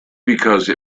because